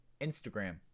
Instagram